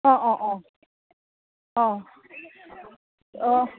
অঁ অঁ অঁ অঁ অঁ